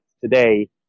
today